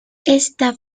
esta